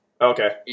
Okay